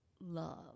love